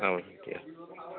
অঁ দিয়া